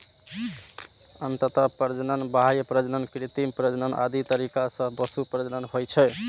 अंतः प्रजनन, बाह्य प्रजनन, कृत्रिम प्रजनन आदि तरीका सं पशु प्रजनन होइ छै